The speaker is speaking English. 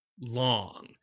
long